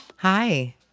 Hi